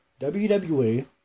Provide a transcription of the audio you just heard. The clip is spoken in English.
WWE